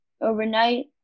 overnight